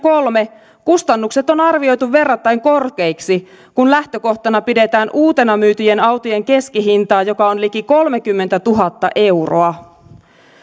kolme kustannukset on arvioitu verrattain korkeiksi kun lähtökohtana pidetään uutena myytyjen autojen keskihintaa joka on liki kolmekymmentätuhatta euroa